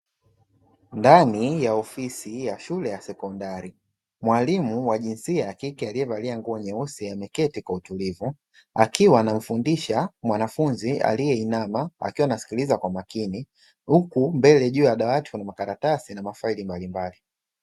Ndani ya ofisi ya shule ya sekondari, mwalimu wa jinsia ya kike aliyevalia nguo nyeusi ameketi kwa utulivu, akiwa anamfundisha mwanafunzi aliyeinama akiwa anasikiliza kwa makini, huku mbele juu ya dawati kuna makaratasi na mafaili mbalibali.